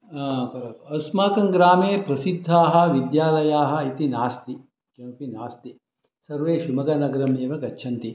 अस्माकङ्ग्रामे प्रसिद्धाः विद्यालयाः इति नास्ति किमपि नास्ति सर्वे शिमोग्गानगरमेव गच्छन्ति